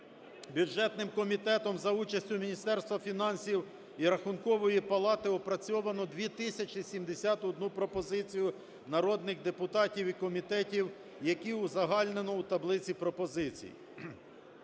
бюджетним комітетом за участю Міністерства фінансів і Рахункової палати опрацьовано 2 тисячі 71 пропозицію народних депутатів і комітеті, які узагальнено в таблиці пропозицій.